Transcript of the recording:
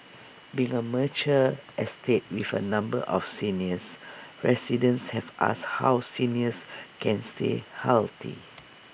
being A mature estate with A number of seniors residents have asked how seniors can stay healthy